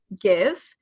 give